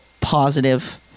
positive